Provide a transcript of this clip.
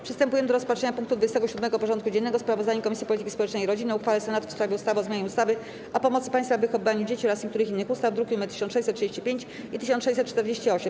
Przystępujemy do rozpatrzenia punktu 27. porządku dziennego: Sprawozdanie Komisji Polityki Społecznej i Rodziny o uchwale Senatu w sprawie ustawy o zmianie ustawy o pomocy państwa w wychowywaniu dzieci oraz niektórych innych ustaw (druki nr 1635 i 1648)